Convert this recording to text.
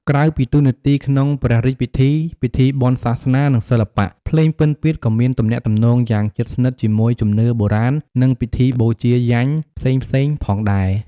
ក្រៅពីតួនាទីក្នុងព្រះរាជពិធី ពិធីបុណ្យសាសនា និងសិល្បៈ ភ្លេងពិណពាទ្យ ក៏មានទំនាក់ទំនងយ៉ាងជិតស្និទ្ធជាមួយជំនឿបុរាណ និងពិធីបូជាយញ្ញផ្សេងៗផងដែរ។